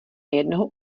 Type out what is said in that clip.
jednoho